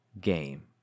game